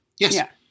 Yes